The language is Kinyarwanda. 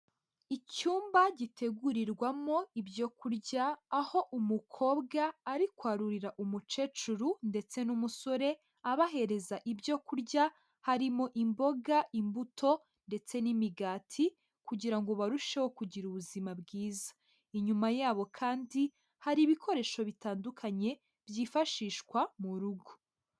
Icyumba gitegurirwamo ibyo kurya aho umukobwa ari kwarurira umukecuru ndetse n'umusore abahereza ibyo kurya, harimo imboga, imbuto ndetse n'imigati kugirango ngo barusheho kugira ubuzima bwiza, inyuma yabo kandi hari ibikoresho bitandukanye byifashishwa mu rugo.